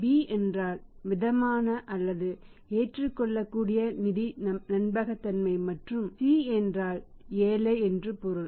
B என்றால் மிதமான அல்லது ஏற்றுக்கொள்ளக்கூடிய நிதி நம்பகத்தன்மை மற்றும் C என்றால் ஏழை என்று பொருள்